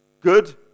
Good